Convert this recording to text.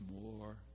more